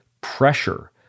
pressure